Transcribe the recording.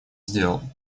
сделал